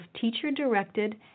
teacher-directed